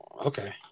Okay